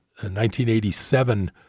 1987